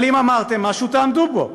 אבל אם אמרתם משהו, תעמדו בו.